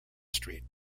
street